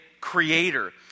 Creator